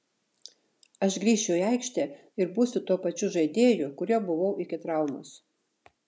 aš grįšiu į aikštę ir būsiu tuo pačiu žaidėju kuriuo buvau iki traumos